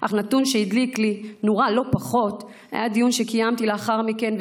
אך נתון שהדליק לי נורה לא פחות היה מדיון שקיימתי לאחר מכן: